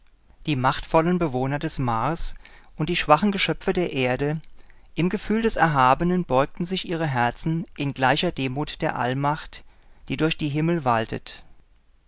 die machtvollen bewohner des mars und die schwachen geschöpfe der erde im gefühl des erhabenen beugten sich ihre herzen in gleicher demut der allmacht die durch die himmel waltet